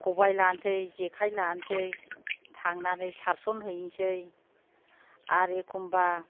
खबाइ लासै जेखाइ लासै थांनानै सारसनहैसै आर एखमबा